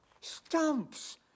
Stumps